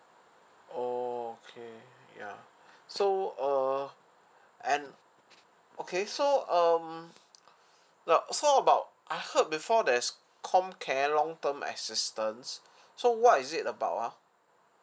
okay ya so err and okay so um like so about I heard before there's comcare long term assistance so what is it about ah